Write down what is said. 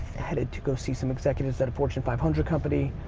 headed to go see some executives at a fortune five hundred company.